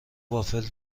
وافل